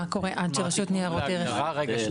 מה קורה עד שרשות ניירות ערך --- רגע, רגע.